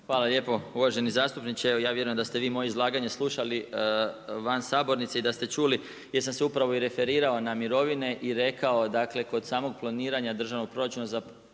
Hvala lijepo. Uvaženi zastupniče, evo ja vjerujem da ste vi moje izlaganje slušali van sabornice i da ste čuli jer sam se upravo i referirao na mirovine i rekao dakle kod samog planiranja državnog proračuna za 2016.